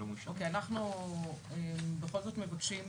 אנחנו בכל זאת מבקשים